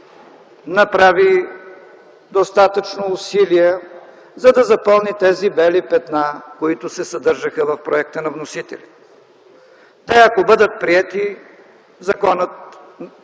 направи достатъчно усилия, за да запълни тези бели петна, които се съдържаха в проекта на вносителя. Ако те бъдат приети, законът